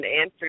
answer